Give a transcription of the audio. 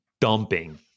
dumping